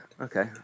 okay